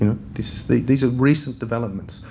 and this is these are recent developments.